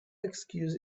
excuse